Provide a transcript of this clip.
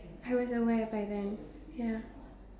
I was aware by then ya